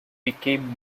became